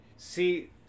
See